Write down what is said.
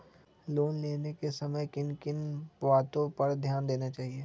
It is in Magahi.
लोन लेने के समय किन किन वातो पर ध्यान देना चाहिए?